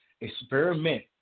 Experiment